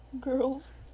Girls